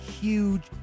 huge